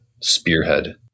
spearhead